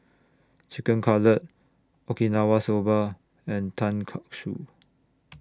Chicken Cutlet Okinawa Soba and Tonkatsu